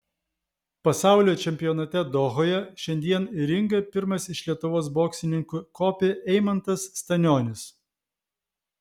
pasaulio čempionate dohoje šiandien į ringą pirmas iš lietuvos boksininkų kopė eimantas stanionis